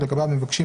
שם היישוב ומיקוד,